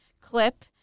clip